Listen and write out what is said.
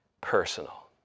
personal